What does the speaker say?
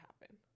happen